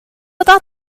ddod